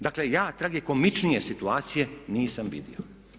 Dakle, ja tragikomičnije situacije nisam vidio.